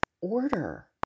order